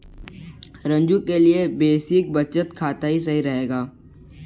रंजू के लिए बेसिक बचत खाता ही सही रहेगा